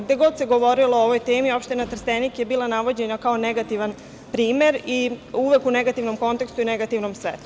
Gde god se govorilo o ovoj temi, opština Trstenik je bila navođena kao negativan primer i uvek u negativnom kontekstu i negativnom svetlu.